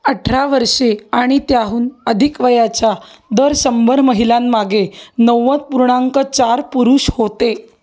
अठरा वर्षे आणि त्याहून अधिक वयाच्या दर शंभर महिलांमागे नव्वद पूर्णांक चार पुरुष होते